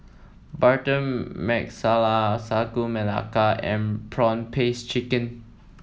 butter Nasala Sagu Melaka and prawn paste chicken